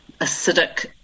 acidic